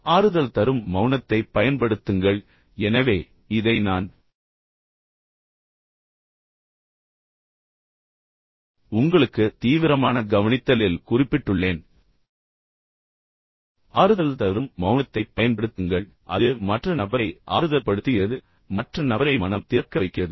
ஆறுதல் தரும் மௌனத்தைப் பயன்படுத்துங்கள் எனவே இதை நான் உங்களுக்கு தீவிரமான கவனித்தலில் குறிப்பிட்டுள்ளேன் ஆறுதல் தரும் மௌனத்தைப் பயன்படுத்துங்கள் அது மற்ற நபரை ஆறுதல்படுத்துகிறது மற்றும் மற்ற நபரை மனம் திறக்க வைக்கிறது